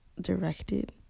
directed